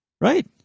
Right